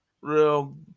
real